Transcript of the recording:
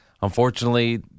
Unfortunately